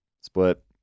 Split